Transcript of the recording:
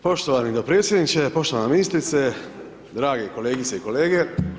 Poštovani dopredsjeniče, poštovana ministrice, drage kolegice i kolege.